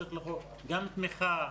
צריכה לבוא גם תמיכה,